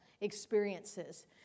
experiences